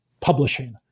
publishing